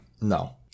No